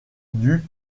due